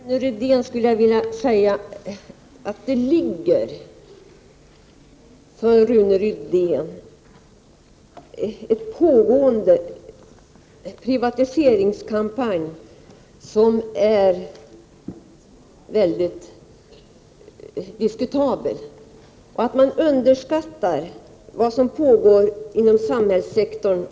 Fru talman! Vad som ligger för Rune Rydén är att det pågår en privatiseringskampanj, som är mycket diskutabel. Man underskattar det arbete som sker inom samhällssektorn.